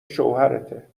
شوهرته